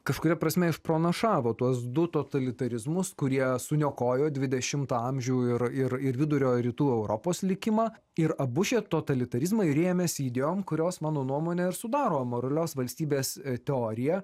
kažkuria prasme išpranašavo tuos du totalitarizmus kurie suniokojo dvidešimtą amžių ir ir ir vidurio rytų europos likimą ir abu šie totalitarizmai rėmėsi idėjom kurios mano nuomone ir sudaro amoralios valstybės teoriją